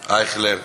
אייכלר,